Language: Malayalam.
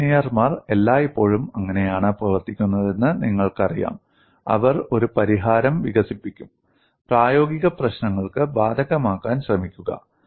എഞ്ചിനീയർമാർ എല്ലായ്പ്പോഴും അങ്ങനെയാണ് പ്രവർത്തിക്കുന്നതെന്ന് നിങ്ങൾക്കറിയാം അവർ ഒരു പരിഹാരം വികസിപ്പിക്കും പ്രായോഗിക പ്രശ്നങ്ങൾക്ക് ബാധകമാക്കാൻ ശ്രമിക്കുക